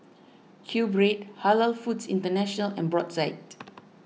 Qbread Halal Foods International and Brotzeit